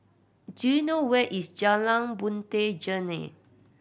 do you know where is Jalan Puteh Jerneh